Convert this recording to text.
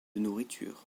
nourriture